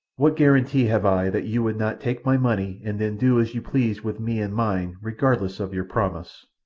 what guarantee have i that you would not take my money and then do as you pleased with me and mine regardless of your promise?